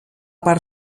part